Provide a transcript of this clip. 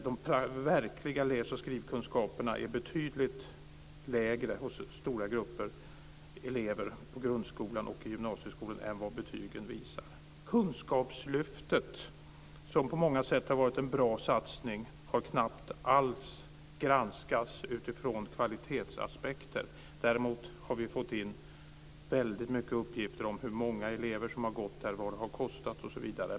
De verkliga läs och skrivkunskaperna är betydligt lägre hos stora grupper elever i grundskolan och gymnasieskolan än vad betygen visar. Kunskapslyftet, som på många sätt varit en bra satsning, har nästan inte alls granskats utifrån kvalitetsaspekten. Däremot har vi fått in väldigt mycket uppgifter om hur många elever som gått där, vad det kostat osv.